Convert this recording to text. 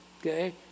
Okay